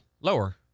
lower